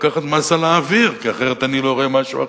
לקחת מס על האוויר, כי אחרת אני לא רואה משהו אחר.